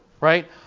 Right